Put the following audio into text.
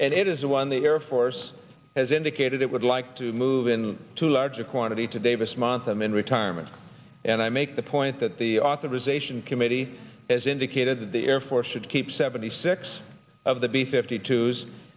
and it is one the air force has indicated it would like to move in to larger quantity today this month i'm in retirement and i make the point that the authorization committee has indicated that the air force should keep seventy six of the b fifty two